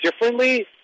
differently